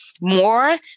more